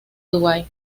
dubái